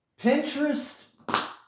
Pinterest